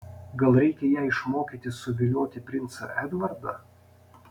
gal reikia ją išmokyti suvilioti princą edvardą